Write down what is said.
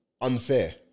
unfair